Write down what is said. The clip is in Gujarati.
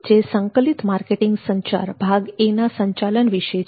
જે સંકલિત માર્કેટિંગ સંચાર ભાગ 1 ના સંચાલન વિશે છે